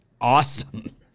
Awesome